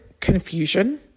Confusion